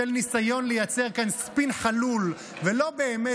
של ניסיון לייצר כאן ספין חלול ולא באמת